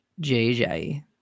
JJ